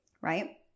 right